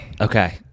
Okay